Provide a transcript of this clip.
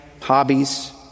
hobbies